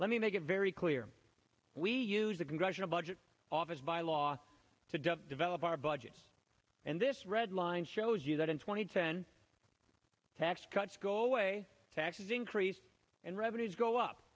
let me make it very clear we use the congressional budget office by law to develop our budget and this red line shows you that in two thousand and ten tax cuts go away taxes increase and revenues go up